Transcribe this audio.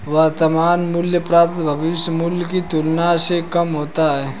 वर्तमान मूल्य प्रायः भविष्य मूल्य की तुलना में कम होता है